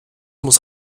muss